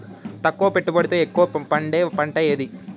తక్కువ పెట్టుబడితో ఎక్కువగా పండే పంట ఏది?